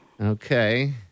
Okay